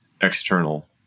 external